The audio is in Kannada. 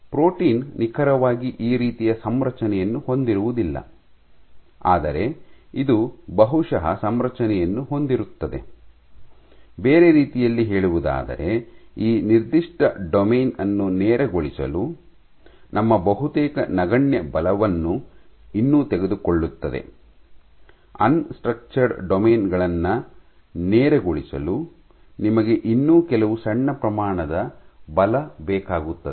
ಪ್ರೋಟೀನ್ ನಿಖರವಾಗಿ ಈ ರೀತಿಯ ಸಂರಚನೆಯನ್ನು ಹೊಂದಿರುವುದಿಲ್ಲ ಆದರೆ ಇದು ಬಹುಶಃ ಸಂರಚನೆಯನ್ನು ಹೊಂದಿರುತ್ತದೆ ಬೇರೆ ರೀತಿಯಲ್ಲಿ ಹೇಳುವುದಾದರೆ ಈ ನಿರ್ದಿಷ್ಟ ಡೊಮೇನ್ ಅನ್ನು ನೇರಗೊಳಿಸಲು ನಮ್ಮ ಬಹುತೇಕ ನಗಣ್ಯ ಬಲವನ್ನು ಇನ್ನೂ ತೆಗೆದುಕೊಳ್ಳುತ್ತದೆ ಅನ್ ಸ್ಟ್ರಕ್ಚರ್ಡ್ ಡೊಮೇನ್ ಗಳನ್ನು ನೇರಗೊಳಿಸಲು ನಿಮಗೆ ಇನ್ನೂ ಕೆಲವು ಸಣ್ಣ ಪ್ರಮಾಣದ ಬಲ ಬೇಕಾಗುತ್ತದೆ